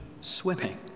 swimming